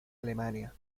alemania